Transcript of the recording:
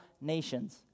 nations